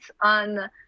on